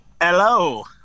hello